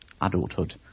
adulthood